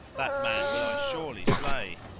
that man will i surely slay.